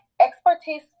expertise